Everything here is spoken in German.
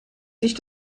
sich